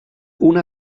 una